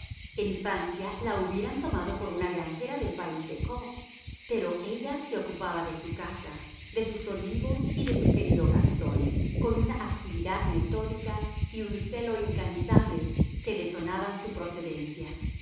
francia la hubieran tomado por una granjera del país de caux pero ella se ocupaba de su casa de sus olivos y de su querido gastón con una actividad metódica y un celo incansable que denotaban su procedencia